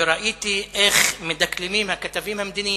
וראיתי איך מדקלמים הכתבים המדיניים,